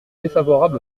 défavorable